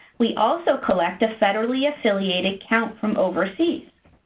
we also collect a federally affiliated count from overseas.